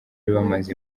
bamaze